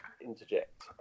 interject